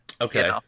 Okay